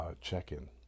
check-in